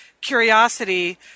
Curiosity